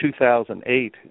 2008